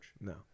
No